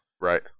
Right